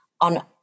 on